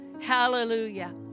Hallelujah